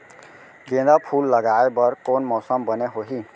गेंदा फूल लगाए बर कोन मौसम बने होही?